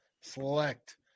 select